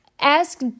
ask